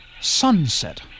Sunset